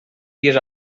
dies